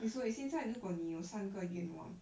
eh 所以现在如果你有三个愿望